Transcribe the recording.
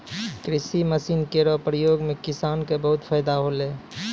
कृषि मसीन केरो प्रयोग सें किसान क बहुत फैदा होलै